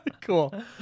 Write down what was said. Cool